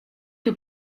que